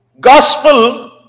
Gospel